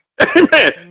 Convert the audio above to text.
Amen